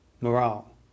morale